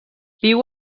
viu